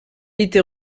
était